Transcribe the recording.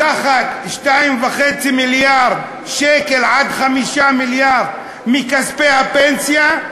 לקחת 2.5 מיליארד שקל עד 5 מיליארד מכספי הפנסיה,